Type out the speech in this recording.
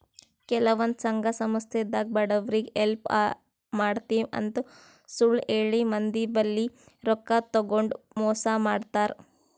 ಕೆಲವಂದ್ ಸಂಘ ಸಂಸ್ಥಾದಾಗ್ ಬಡವ್ರಿಗ್ ಹೆಲ್ಪ್ ಮಾಡ್ತಿವ್ ಅಂತ್ ಸುಳ್ಳ್ ಹೇಳಿ ಮಂದಿ ಬಲ್ಲಿ ರೊಕ್ಕಾ ತಗೊಂಡ್ ಮೋಸ್ ಮಾಡ್ತರ್